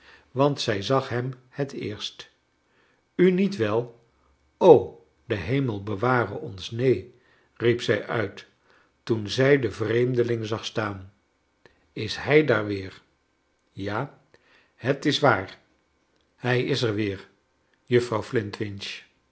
want zij zag hem het eerst u niet well o de hiemel beware ons neen riep zij uit toen zij den vreemdeling zag staan is hij daar weer ja het is waar hij is er weer juffrouw